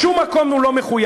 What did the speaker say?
בשום מקום הוא לא מחויב.